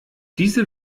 diese